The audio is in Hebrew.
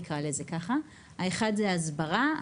הראשון הוא הסברה,